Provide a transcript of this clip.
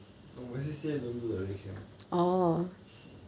no my C_C_A don't do the red camp